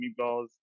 meatballs